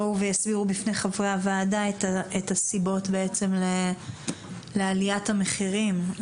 היה כדי שיבואו ויסבירו בפני חברי הוועדה את הסיבות לעליית המחירים.